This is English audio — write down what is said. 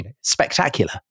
spectacular